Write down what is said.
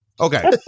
Okay